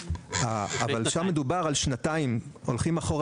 אבל שם מדובר על שנתיים; הולכים אחורה